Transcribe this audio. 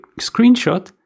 screenshot